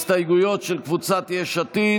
הסתייגויות של קבוצת יש עתיד.